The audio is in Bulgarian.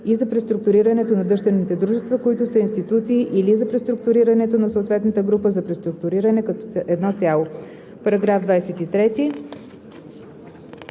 и за преструктурирането на дъщерните дружества, които са институции, или за преструктурирането на съответната група за преструктуриране като едно цяло.“